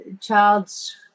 Child's